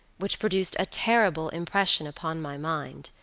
which produced a terrible impression upon my mind,